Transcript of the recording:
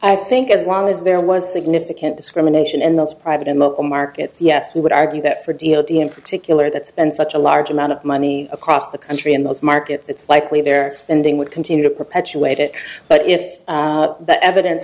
i think as long as there was significant discrimination in those private him up markets yes we would argue that for d o t in particular that's been such a large amount of money across the country in those markets it's likely their spending would continue to perpetuate it but if that evidence